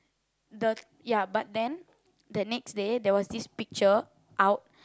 the ya but then the next day there was this picture out